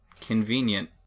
convenient